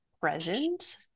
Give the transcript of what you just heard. present